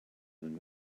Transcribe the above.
than